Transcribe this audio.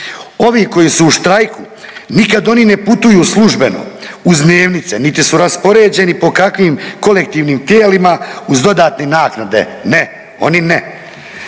Ovi koji su u štrajku nikad ono ne putuju službeno uz dnevnice niti su raspoređeni po kakvim kolektivnim tijelima uz dodatne naknade, ne, oni ne.